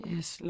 Yes